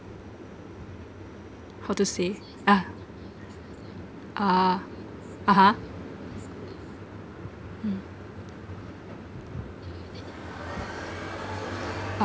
how to say ah ah (uh huh) mm